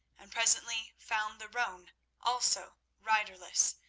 and presently found the roan also riderless,